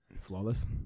flawless